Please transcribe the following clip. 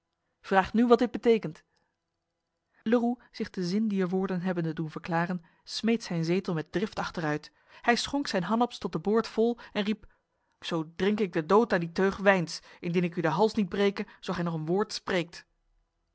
vraag nu wat dit betekent leroux zich de zin dier woorden hebbende doen verklaren smeet zijn zetel met drift achteruit hij schonk zijn hanaps tot de boord vol en riep zo drinke ik de dood aan die teug wijns indien ik u de hals niet breke zo gij nog een woord spreekt